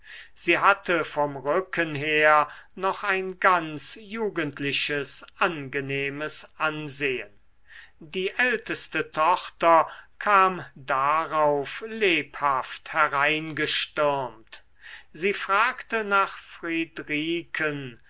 sie hatte vom rücken her noch ein ganz jugendliches angenehmes ansehen die älteste tochter kam darauf lebhaft hereingestürmt sie fragte nach